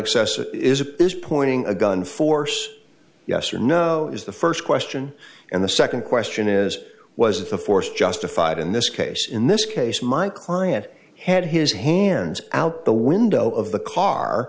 a is pointing a gun force yes or no is the first question and the second question is was the force justified in this case in this case my client had his hands out the window of the car